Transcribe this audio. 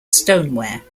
stoneware